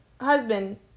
Husband